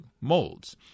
molds